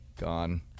gone